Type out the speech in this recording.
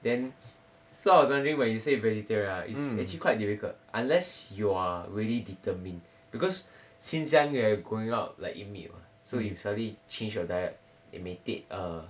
then so I was wondering when you say vegetarian right it's actually quite difficult unless you are really determined because since young you have growing up like eat meat [what] so you suddenly change your diet it may take err